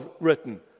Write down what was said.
written